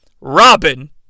Robin